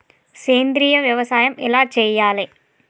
సేంద్రీయ వ్యవసాయం ఎలా చెయ్యాలే?